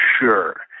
sure